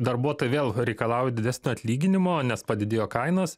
darbuotojai vėl reikalauja didesnio atlyginimo nes padidėjo kainos